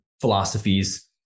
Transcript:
philosophies